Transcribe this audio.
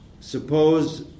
Suppose